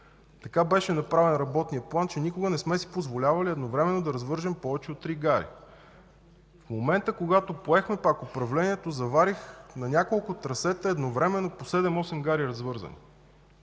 Така беше направен работният план, че никога не сме си позволявали едновременно да развържем повече от три гари. В момента, когато поехме пак управлението, заварих на няколко трасета едновременно по седем-осем гари развързани.